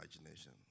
imagination